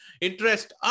interest